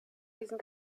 diesen